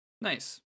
Nice